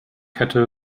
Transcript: kette